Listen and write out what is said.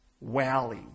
Wally